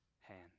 hand